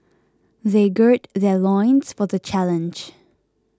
they gird their loins for the challenge